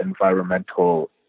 environmental